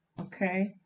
okay